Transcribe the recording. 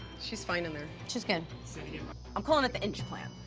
she's fine in there. she's good. i'm calling it the inch plan.